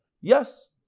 Yes